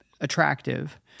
attractive